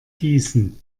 gießen